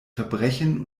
verbrechen